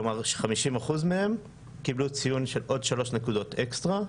כלומר 50% מהם קיבלו ציון של עוד שלוש נקודות אקסטרה.